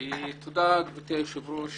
תודה גברתי היושבת ראש.